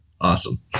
Awesome